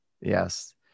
Yes